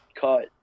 cut